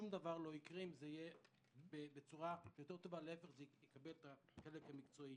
זה יקבל את החלק המקצועי.